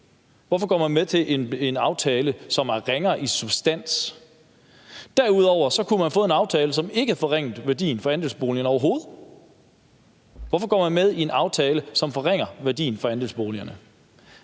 hvorfor går man med til en aftale, som er ringere i sin substans? Derudover kunne man have fået en aftale, som ikke forringede værdien af andelsboligen overhovedet, så hvorfor går man med i en aftale, som forringer værdien af andelsboligerne?